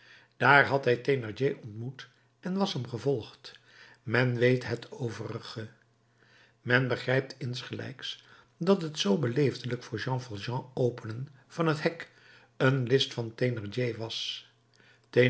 daar had hij thénardier ontmoet en was hem gevolgd men weet het overige men begrijpt insgelijks dat het zoo beleefdelijk voor jean valjean openen van het hek een list van thénardier was